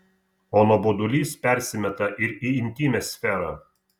o nuobodulys persimeta ir į intymią sferą